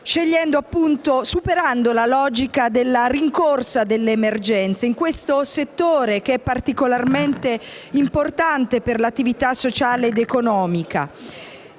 e idrogeologico, superando la logica della rincorsa delle emergenze, in questo settore particolarmente importante per l'attività sociale ed economica.